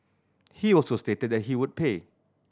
he also stated that he would pay